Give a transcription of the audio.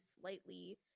slightly